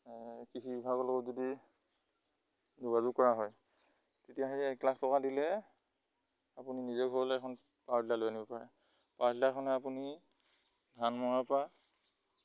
কৃষি বিভাগৰ লগত যদি যোগাযোগ কৰা হয় তেতিয়া সেই এক লাখ টকা দিলে আপুনি নিজৰ ঘৰলে এখন পাৱাৰ টিলাৰ লৈ আনিব পাৰে পাৱাৰটিলাৰখনে আপুনি ধান মৰাৰ পৰা